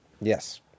Yes